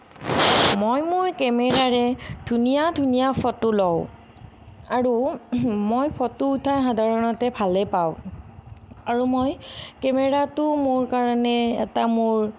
মই মোৰ কেমেৰাৰে ধুনীয়া ধুনীয়া ফটো লওঁ আৰু মই ফটো উঠাই সাধাৰণতে ভালেই পাওঁ আৰু মই কেমেৰাটো মোৰ কাৰণে এটা মোৰ